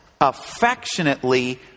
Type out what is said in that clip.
affectionately